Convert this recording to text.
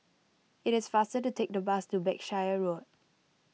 it is faster to take the bus to Berkshire Road